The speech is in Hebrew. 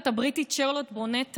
בישראל לתוך הפוליטיקה של